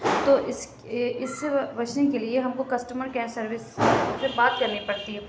تو اس اس مشین کے لیے ہم کو کسٹمر کیئر سروس سے بات کرنی پڑتی ہے